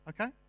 Okay